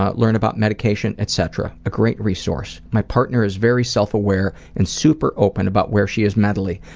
ah learn about medication, etc. a great resource. my partner is very self-aware and super open about where she is mentally.